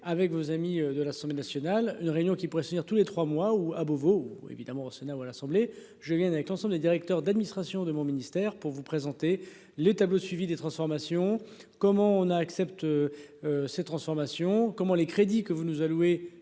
avec vos amis de l'Assemblée nationale. Une réunion qui pourrait servir tous les trois mois ou à Beauvau où évidemment au Sénat ou à l'Assemblée Julien avec l'ensemble des directeurs d'administration de mon ministère pour vous présenter les tableaux suivi des transformations comment on a acceptent. Ces transformations. Comment les crédits que vous nous. Et qui